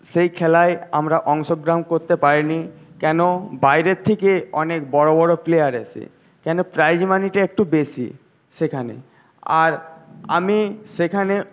সেই খেলায় আমরা অংশগ্রহণ করতে পারিনি কেন বাইরে থেকে অনেক বড় বড় প্লেয়ার আসে কেন প্রাইজ মানিটা একটু বেশী সেখানে আর আমি সেখানে